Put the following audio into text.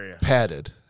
padded